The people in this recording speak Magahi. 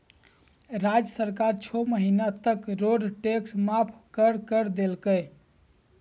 राज्य सरकार छो महीना तक रोड टैक्स माफ कर कर देलकय